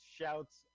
shouts